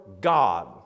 God